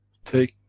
take,